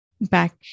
back